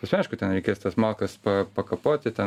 bus aišku ten reikės tas malkas pakapoti ten